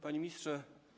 Panie Ministrze!